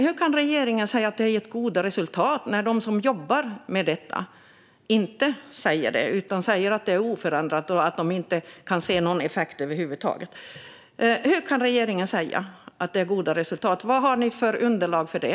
Hur kan regeringen säga att det har gett goda resultat när de som jobbar med detta inte säger det utan säger att det är oförändrat och att de inte kan se någon effekt över huvud taget? Hur kan regeringen säga att det är goda resultat? Vad har ni för underlag för det?